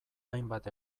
hainbat